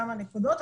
כמה נקודות,